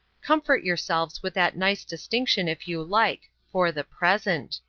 comfort yourselves with that nice distinction if you like for the present.